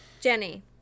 jenny